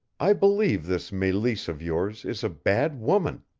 i believe this meleese of yours is a bad woman.